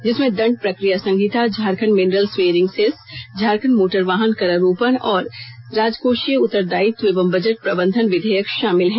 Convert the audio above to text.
जिसमें दंड प्रक्रिया संहिता Jharkhand mineral bearing cess Jharkhand motor वाहन करारोपण और राजकोषीय उत्तरदायित्व एवं बजट प्रबंधन विधेयक शामिल है